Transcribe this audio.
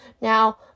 Now